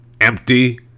empty